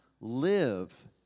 live